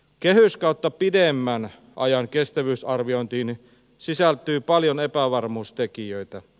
kehyskautta pidemmän ajan kestävyysarviointeihin sisältyy paljon epävarmuustekijöitä